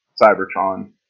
Cybertron